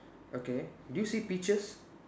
okay do you see peaches